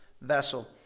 vessel